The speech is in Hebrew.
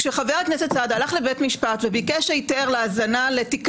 למשל חבר הכנסת סעדה הלך לבית משפט וביקש היתר להאזנה ל ---.